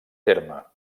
terme